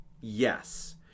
Yes